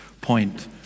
point